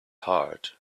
heart